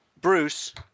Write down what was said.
Bruce